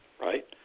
right